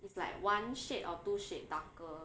it's like one shade or to shade darker